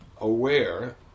aware